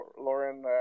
Lauren